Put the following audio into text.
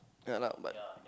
ya lah but